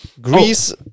Greece